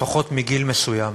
לפחות מגיל מסוים,